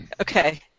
Okay